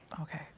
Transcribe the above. okay